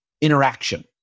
interaction